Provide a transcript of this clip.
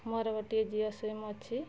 ମୋର ଗୋଟିଏ ଜିଓ ସିମ୍ ଅଛି